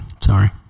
Sorry